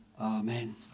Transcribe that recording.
Amen